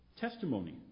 Testimony